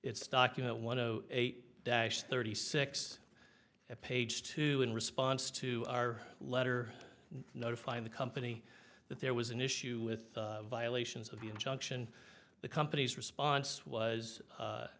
its stock you know one of eight dash thirty six at page two in response to our letter notifying the company that there was an issue with violations of the injunction the company's response was